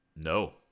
no